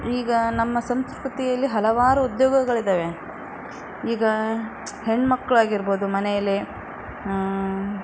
ಈಗ ನಮ್ಮ ಸಂಸ್ಕೃತಿಯಲ್ಲಿ ಹಲವಾರು ಉದ್ಯೋಗಗಳಿವೆ ಈಗ ಹೆಣ್ಮಕ್ಳು ಆಗಿರ್ಬೋದು ಮನೇಲಿ